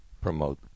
promote